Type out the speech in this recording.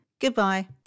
Goodbye